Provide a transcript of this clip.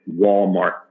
Walmart